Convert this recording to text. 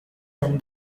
from